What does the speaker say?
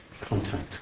contact